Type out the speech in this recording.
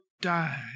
die